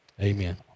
amen